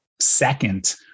second